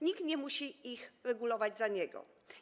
Nikt nie musi ich regulować za niego.